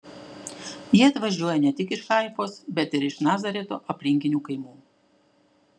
jie atvažiuoja ne tik iš haifos bet ir iš nazareto aplinkinių kaimų